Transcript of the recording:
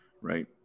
right